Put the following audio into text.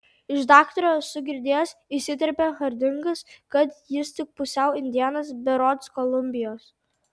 iš daktaro esu girdėjęs įsiterpia hardingas kad jis tik pusiau indėnas berods kolumbijos